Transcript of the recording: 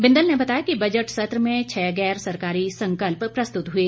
बिंदल ने बताया कि बजट सत्र मे छह गैर सरकारी संकल्प प्रस्तुत हुए